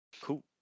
Cool